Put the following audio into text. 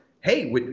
Hey